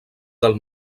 del